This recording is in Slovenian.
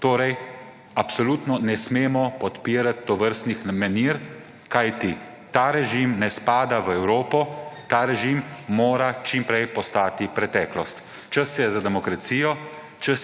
Torej, absolutno ne smemo podpirati tovrstnih manir kajti ta režim ne spada v Evropo, ta režim mora čim prej ostati preteklost. Čas je za demokracijo,